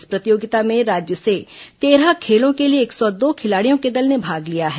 इस प्रतियोगिता में राज्य से तेरह खेलों के लिए एक सौ दो खिलाड़ियों के दल ने भाग लिया है